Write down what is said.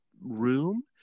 room